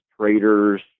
traders